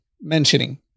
mentioning